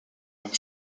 aime